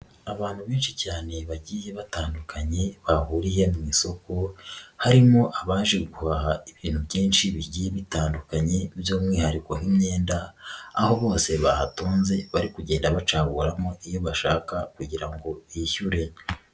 Abantu benshi cyane bagiye batandukanye bahuriye mu' isoko, harimo abaje guhaha ibintu byinshi bigiye bitandukanye by'umwihariko nk'imyenda, aho bose bahatunze bari kugenda bacaguramo iyo bashaka kugira ngo yishyure.